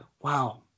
wow